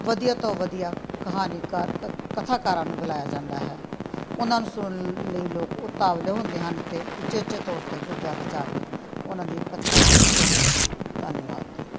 ਵਧੀਆ ਤੋਂ ਵਧੀਆ ਕਹਾਣੀਕਾਰ ਕ ਕਥਾਕਾਰਾਂ ਨੂੰ ਬੁਲਾਇਆ ਜਾਂਦਾ ਹੈ ਉਹਨਾਂ ਨੂੰ ਸੁਣਨ ਲਈ ਲੋਕ ਉਤਾਵਲੇ ਹੁੰਦੇ ਹਨ ਅਤੇ ਉਚੇਚੇ ਤੌਰ 'ਤੇ ਗੁਰਦੁਆਰੇ ਜਾ ਕੇ ਉਹਨਾਂ ਦੀ ਕਥਾ ਨੂੰ ਸੁਣਦੇ ਹਨ ਧੰਨਵਾਦ